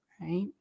Right